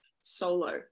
solo